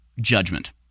Judgment